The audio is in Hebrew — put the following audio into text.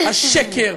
השקר,